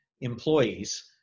employees